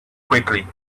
quickly